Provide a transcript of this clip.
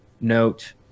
note